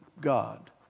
God